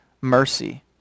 mercy